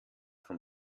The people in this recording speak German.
von